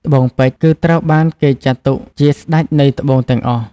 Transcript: ត្បូងពេជ្រ គឺត្រូវបានគេចាត់ទុកជាស្តេចនៃត្បូងទាំងអស់។